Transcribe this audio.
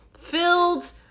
filled